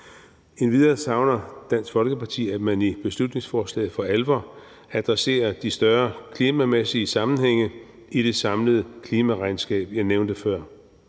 Endvidere savner Dansk Folkeparti, at man i beslutningsforslaget for alvor adresserer de større klimamæssige sammenhænge i det samlede klimaregnskab, jeg nævnte før.